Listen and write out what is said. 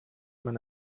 man